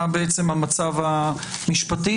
מה בעצם המצב המשפטי.